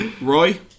Roy